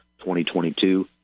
2022